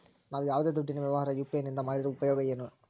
ನಾವು ಯಾವ್ದೇ ದುಡ್ಡಿನ ವ್ಯವಹಾರ ಯು.ಪಿ.ಐ ನಿಂದ ಮಾಡಿದ್ರೆ ಉಪಯೋಗ ಏನು ತಿಳಿಸ್ರಿ?